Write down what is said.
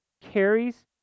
carries